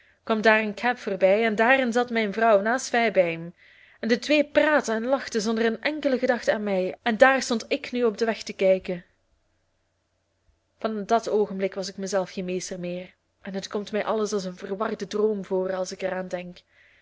kwam daar een cab voorbij en daarin zat mijn vrouw naast fairbaim en de twee praatten en lachten zonder een enkele gedachte aan mij en daar stond ik nu op den weg te kijken van dat oogenblik was ik mij zelf geen meester meer en het komt mij alles als een verwarde droom voor als ik er aan denk